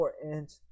important